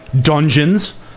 dungeons